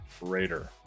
Raider